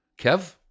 Kev